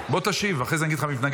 בוא תשיב, אחרי זה אני אגיד לך מי מתנגד.